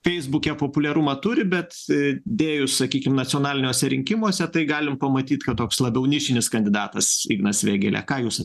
feisbuke populiarumą turi bet atėjus sakykime nacionaliniuose rinkimuose tai galim pamatyt kad toks labiau nišinis kandidatas ignas vėgėlė ką jūs